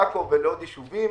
לעכו ולעוד ישובים,